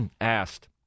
asked